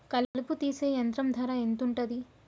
కలుపు తీసే యంత్రం ధర ఎంతుటది?